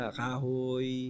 kahoy